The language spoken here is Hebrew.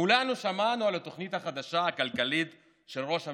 כולנו שמענו על התוכנית הכלכלית החדשה של ראש הממשלה: